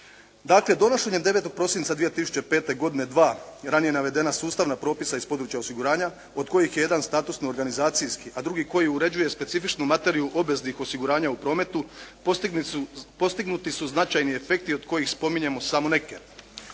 Dakle, donošenjem 9. prosinca 2005. godine dva ranije navedena sustavna propisa iz područja osiguranja, od kojih je jedan statusno organizacijski, a drugi koji uređuje specifičnu materiju obveznik osiguranja u prometu, postignuti su značajni efekti od kojih spominjemo samo neke.